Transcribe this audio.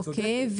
אוקי.